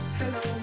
hello